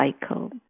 cycle